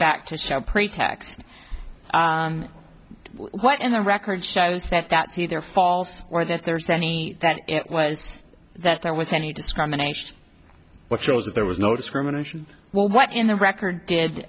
pretext what in the record shows that that's either false or that there's any that it was that there was any discrimination but shows that there was no discrimination well what in the record did